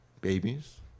babies